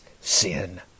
sin